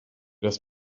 dass